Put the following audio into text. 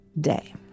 day